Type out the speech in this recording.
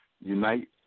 unite